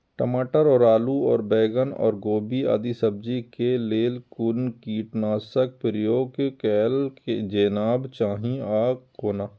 टमाटर और आलू और बैंगन और गोभी आदि सब्जी केय लेल कुन कीटनाशक प्रयोग कैल जेबाक चाहि आ कोना?